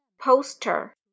Poster